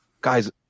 guys –